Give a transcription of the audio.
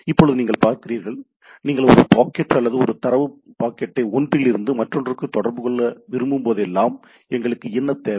இப்போது நீங்கள் பார்க்கிறீர்கள் நீங்கள் ஒரு பாக்கெட் அல்லது ஒரு தரவு பாக்கெட்டை ஒன்றிலிருந்து மற்றொன்றுக்கு தொடர்பு கொள்ள விரும்பும் போதெல்லாம் எங்களுக்கு என்ன தேவை